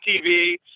TV